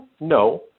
No